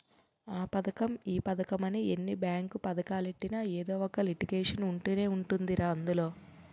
ఆ పదకం ఈ పదకమని ఎన్ని బేంకు పదకాలెట్టినా ఎదో ఒక లిటికేషన్ ఉంటనే ఉంటదిరా అందులో